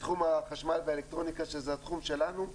בתחום החשמל והאלקטרוניקה שזה תחום שלנו,